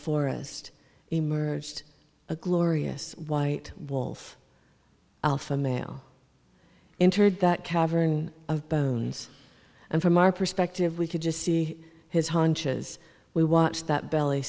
forest emerged a glorious white wolf alpha male entered that cavern of bones and from our perspective we could just see his haunches we watched that belly